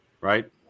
Right